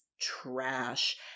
trash